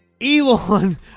Elon